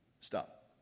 Stop